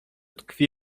tkwi